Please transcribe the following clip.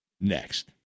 Next